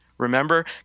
Remember